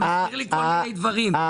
זה מזכיר לי כל מיני דברים.